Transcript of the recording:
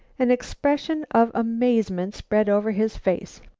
an expression of amazement spread over his face.